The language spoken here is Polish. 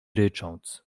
rycząc